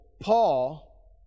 Paul